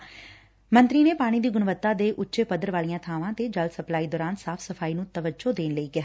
ਜਲ ਸਪਲਾਈ ਮੰਤਰੀ ਨੇ ਪਾਣੀ ਦੀ ਗੁਣਵੱਤਾ ਦੇ ਉਚੇ ਪੱਧਰ ਵਾਲੀਆਂ ਬਾਵਾਂ ਤੇ ਜਲ ਸਪਲਾਈ ਦੌਰਾਨ ਸਾਫ ਸਫਾਈ ਨੂੰ ਤਵੱਜੋਂ ਦੇਣ ਲਈ ਕਿਹਾ